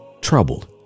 troubled